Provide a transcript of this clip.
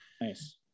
Nice